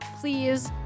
please